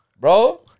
Bro